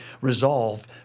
resolve